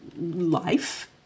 life